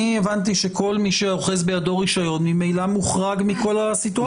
אני הבנתי שכל מי שאוחז בידו רישיון ממילא מוחרג מכל הסיטואציה הזאת.